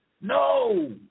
No